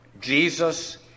Jesus